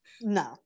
No